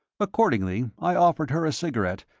accordingly, i offered her a cigarette,